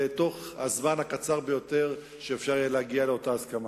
בזמן הקצר ביותר שאפשר יהיה להגיע לאותה הסכמה.